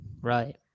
right